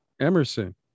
Emerson